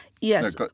Yes